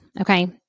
okay